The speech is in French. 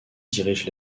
dirige